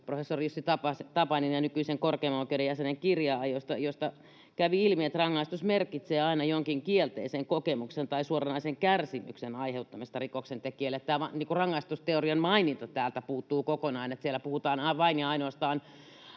Jussi Tapanin, nykyisen korkeimman oikeuden jäsenen, kirjaa, josta kävi ilmi, että rangaistus merkitsee aina jonkin kielteisen kokemuksen tai suoranaisen kärsimyksen aiheuttamista rikoksentekijälle. Tämän rangaistusteo-rian maininta täältä puuttuu kokonaan. Siellä puhutaan vain ja ainoastaan